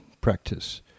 practice